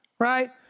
Right